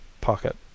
pocket